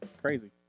Crazy